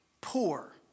Poor